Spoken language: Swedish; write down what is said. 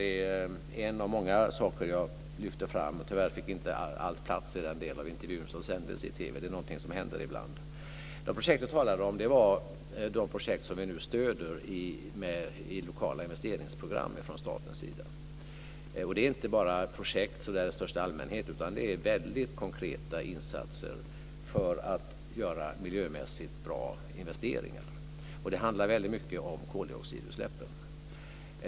Det är positivt att miljöministern anser att det är viktigt att miljökrav ställs i offentliga upphandlingar och att "grön" offentlig upphandling ska utnyttjas som ett medel för att uppnå hållbar utveckling. Men frågan är: Kommer regeringen att verka för det i EU? Inom Regeringskansliet pågår ett beredningsarbete för att vidga gränserna för vilka krav som får ställas vid offentlig upphandling.